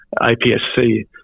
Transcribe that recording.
APS-C